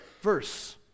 verse